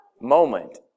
moment